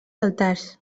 altars